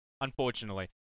unfortunately